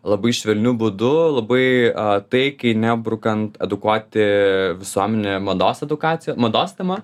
labai švelniu būdu labai taikiai nebrukant edukuoti visuomenę mados edukacija mados tema